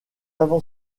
avant